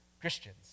Christians